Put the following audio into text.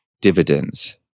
dividends